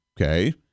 Okay